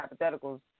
hypotheticals